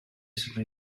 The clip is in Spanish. sri